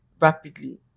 rapidly